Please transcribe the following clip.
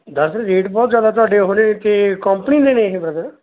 ਦੱਸ ਰੇਟ ਬਹੁਤ ਜ਼ਿਆਦਾ ਤੁਹਾਡੇ ਉਹ ਨੇ ਅਤੇ ਕੌਂਪਨੀ ਦੇ ਨੇ ਇਹ ਬ੍ਰਦਰ